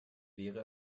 wäre